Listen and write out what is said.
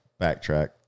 backtrack